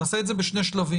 נעשה את זה בשני שלבים.